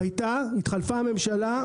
הייתה, והתחלפה הממשלה.